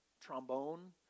trombone